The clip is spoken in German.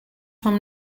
vom